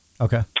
Okay